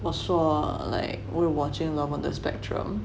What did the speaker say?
我说 like we're watching love on the spectrum